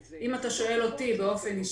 אם אתה שואל אותי באופן אישי,